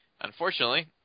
unfortunately